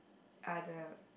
other